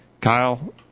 Kyle